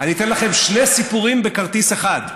אני אתן לכם שני סיפורים בכרטיס אחד.